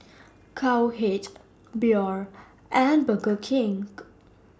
Cowhead Biore and Burger King